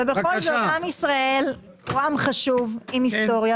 בכל זאת עם ישראל הוא עם חשוב עם היסטוריה.